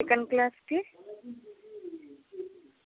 second క్లాస్కి